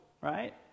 right